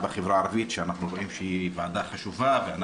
בחברה הערבית שאנחנו רואים שהיא ועדה חשובה.